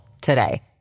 today